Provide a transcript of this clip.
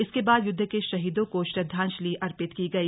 इसके बाद युद्ध के शहीदों को श्रद्वांजलि अर्पित की गई